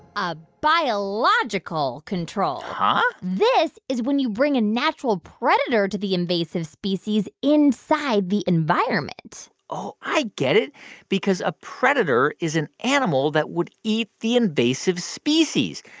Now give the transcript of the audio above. a biological control huh? this is when you bring a natural predator to the invasive species inside the environment oh, i get it because a predator is an animal that would eat the invasive species.